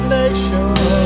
nation